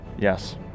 Yes